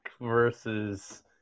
versus